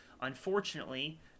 Unfortunately